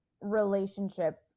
relationship